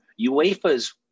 UEFA's